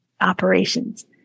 operations